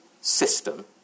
system